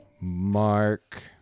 mark